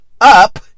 up